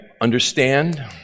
understand